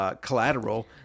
Collateral